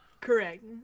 correct